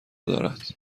دارد